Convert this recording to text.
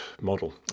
model